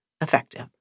effective